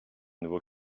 nouveau